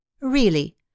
Really